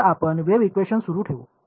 तर आपण wave equation सुरू ठेवू